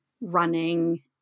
running